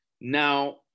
Now